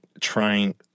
trying